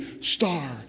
star